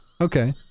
Okay